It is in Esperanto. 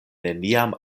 neniam